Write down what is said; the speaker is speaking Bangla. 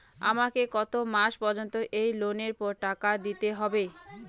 আমাকে কত মাস পর্যন্ত এই লোনের টাকা দিতে হবে?